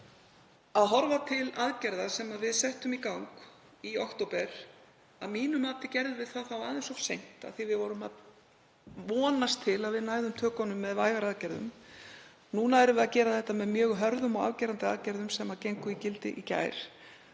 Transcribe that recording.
erum að horfa til aðgerða sem við settum í gang í október. Að mínu mati gerðum við það þá aðeins of seint af því að við vorum að vonast til að við næðum tökunum með vægari aðgerðum. Núna erum við að gera þetta með mjög hörðum og afgerandi aðgerðum sem gengu í gildi í gær